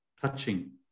touching